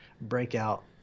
breakout